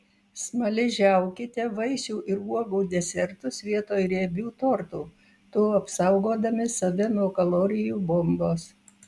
smaližiaukite vaisių ir uogų desertus vietoj riebių tortų tuo apsaugodami save nuo kalorijų bombos